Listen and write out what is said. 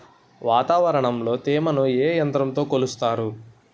వాతావరణంలో తేమని ఏ యంత్రంతో కొలుస్తారు?